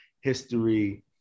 history